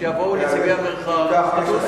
שיבואו נציגי המרחב, אין לי בעיה עם זה.